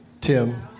Tim